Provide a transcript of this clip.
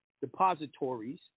depositories